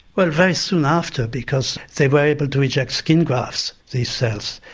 well very soon after, because they were able to reject skin grafts these cells,